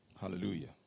Hallelujah